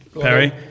Perry